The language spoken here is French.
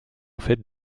fait